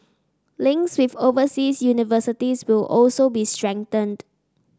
links with overseas universities will also be strengthened